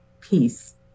peace